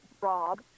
Rob